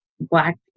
black